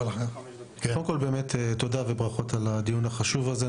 קודם כל תודה וברכות על הדיון החשוב הזה.